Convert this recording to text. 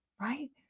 right